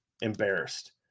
Embarrassed